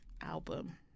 album